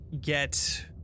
get